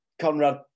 conrad